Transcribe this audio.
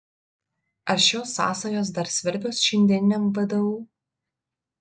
ar šios sąsajos dar svarbios šiandieniniam vdu